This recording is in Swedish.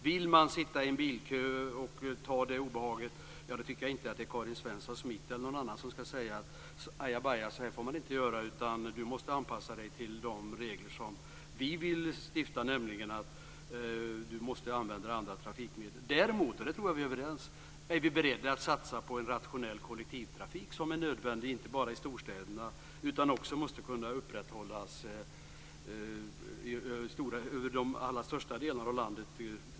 Vill man ta obehaget av att sitta i en bilkö, är det inte Karin Svensson Smith eller någon annan som ska säga: "Aja, baja, så får du inte göra. Du måste anpassa dig till de regler vi vill stifta, nämligen att använda andra trafikmedel." Däremot - och där är vi överens - är vi beredda att satsa på en rationell kollektivtrafik. Den är nödvändig inte bara i storstäderna utan måste också upprätthållas över de allra största delarna av landet.